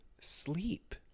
sleep